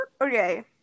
Okay